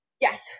Yes